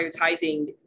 prioritizing